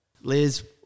Liz